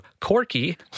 Corky